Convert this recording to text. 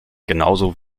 genauso